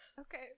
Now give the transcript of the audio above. Okay